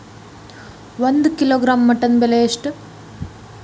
ಒಂದು kilogram mutton ಬೆಲೆ ಎಷ್ಟ್?